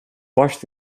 barst